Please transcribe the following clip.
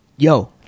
Yo